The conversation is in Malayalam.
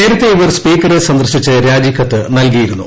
നേരത്തെ ഇവർ സ്പീക്കറെ സന്ദർശിച്ച് രാജിക്കത്ത് നൽകിയിരുന്നു